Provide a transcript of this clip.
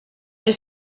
elle